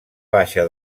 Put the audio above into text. baixa